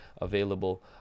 available